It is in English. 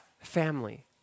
family